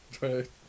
Right